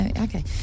Okay